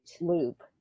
loop